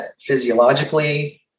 physiologically